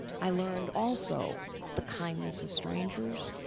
i learned also the kindness of strangers,